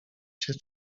się